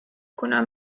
kuna